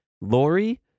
Lori